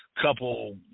couple